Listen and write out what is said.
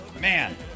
Man